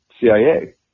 CIA